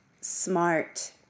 smart